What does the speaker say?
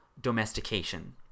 domestication